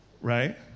Right